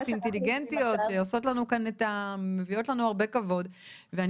אינטליגנטיות שעושות לנו ומביאות לנו כאן הרבה כבוד ואני